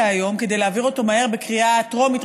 היום כדי להעביר אותו מהר בקריאה טרומית,